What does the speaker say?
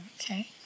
okay